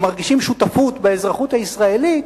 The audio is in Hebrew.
או מרגישים שותפות באזרחות הישראלית,